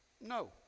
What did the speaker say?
no